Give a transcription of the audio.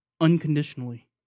Unconditionally